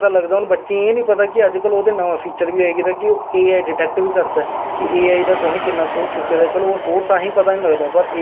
कोई दिक्कत नेई में समझाई लैगा और उस टैंम च मतलब कि मिगी अज वी चेता उस टैंम च में इलेक्शन लड़ी ही बनी बसोली दा उस टैंम च में तिन ज्हार बोट लैता हा